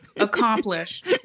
Accomplished